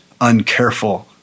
uncareful